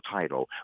title